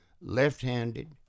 Left-handed